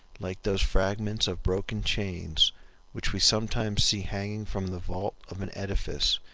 like those fragments of broken chains which we sometimes see hanging from the vault of an edifice,